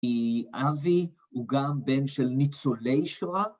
‫אבי הוא גם בן של ניצולי שואה.